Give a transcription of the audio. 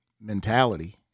mentality